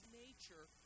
nature